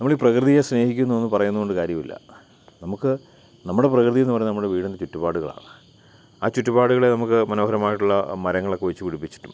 നമ്മൾ ഈ പ്രകൃതിയെ സ്നേഹിക്കിന്നുയെന്ന് പറയുന്നതുകൊണ്ട് കാര്യമില്ല നമുക്ക് നമ്മുടെ പ്രകൃതിയെന്ന് പറയുന്നത് നമ്മുടെ വീടും ചുറ്റുപാടുകളാണ് ആ ചുറ്റുപാടുകളെ നമുക്ക് മനോഹരമായിട്ടുള്ള മരങ്ങളൊക്കെ വെച്ചു പിടിപ്പിച്ചിട്ടും